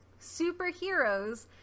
superheroes